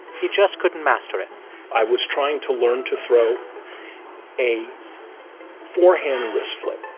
he just couldn't master it i was trying to learn to throw a forehand wrist flick.